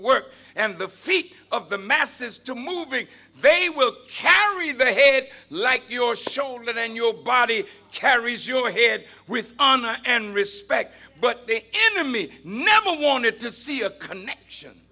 work and the feet of the masses still moving they will carry the head like your shoulder then your body carries your head with honor and respect but the enemy never wanted to see a connection